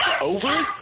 over